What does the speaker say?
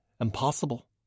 impossible